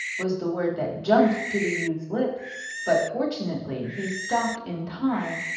was the word that jumped to the youth's lips but fortunately he stopped in time,